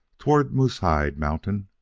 toward moosehide mountain,